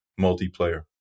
multiplayer